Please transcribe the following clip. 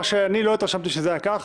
דבר שלא התרשמתי שזה היה פה כך,